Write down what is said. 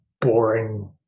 boring